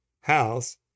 house